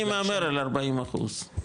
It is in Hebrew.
אני מהמר על 40 אחוז,